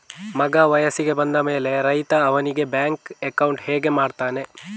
ಮಗ ವಯಸ್ಸಿಗೆ ಬಂದ ಮೇಲೆ ರೈತ ಅವನಿಗೆ ಬ್ಯಾಂಕ್ ಅಕೌಂಟ್ ಹೇಗೆ ಮಾಡ್ತಾನೆ?